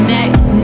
Next